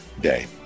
day